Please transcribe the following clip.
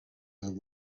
his